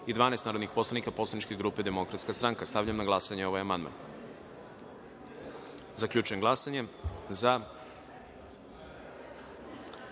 i 12 narodnih poslanika poslaničke grupe Demokratska stranka. Stavljam na glasanje ovaj amandman. Zaključujem glasanje i